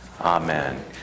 Amen